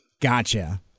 Gotcha